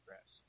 Rest